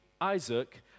Isaac